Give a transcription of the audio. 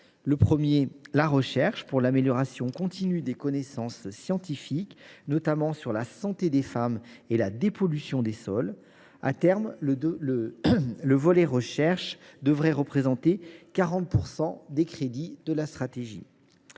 Le premier concerne la recherche pour l’amélioration continue des connaissances scientifiques, notamment sur la santé des femmes, et la dépollution des sols. À terme, ce volet devrait mobiliser 40 % des crédits de la stratégie.